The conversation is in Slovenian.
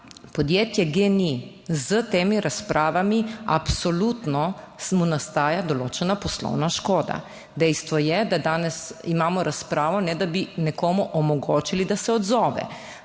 podjetje GEN-I s temi razpravami, absolutno mu nastaja določena poslovna škoda. Dejstvo je, da danes imamo razpravo, ne da bi nekomu omogočili, da se odzove.